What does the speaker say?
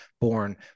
born